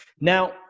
Now